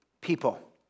people